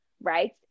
right